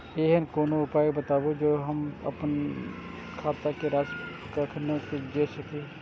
ऐहन कोनो उपाय बताबु जै से हम आपन खाता के राशी कखनो जै सकी?